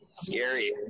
scary